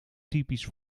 typisch